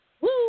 Woo